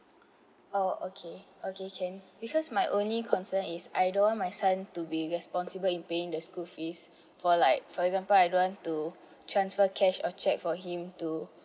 oh okay okay can because my only concern is I don't want my son to be responsible in paying the school fees for like for example I don't want to transfer cash or checque for him to